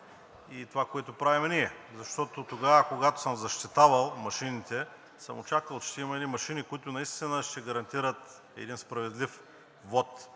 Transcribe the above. и това, което правим ние. Защото тогава, когато съм защитавал машините, съм очаквал, че ще има едни машини, които наистина ще гарантират един справедлив вот